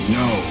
no